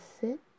sit